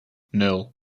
nul